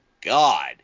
God